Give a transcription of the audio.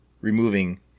removing